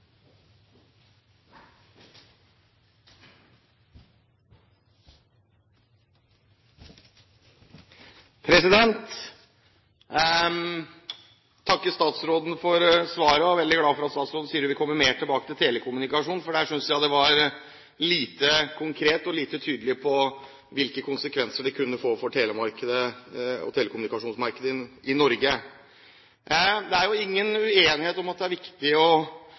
veldig glad for at statsråden sier hun vil komme mer tilbake til telekommunikasjon, for der synes jeg hun var lite konkret og lite tydelig på hvilke konsekvenser det kunne få for telekommunikasjonsmarkedet i Norge. Det er ingen uenighet om at det er viktig å